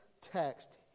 text